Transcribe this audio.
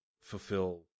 fulfill